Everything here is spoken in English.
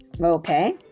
Okay